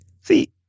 See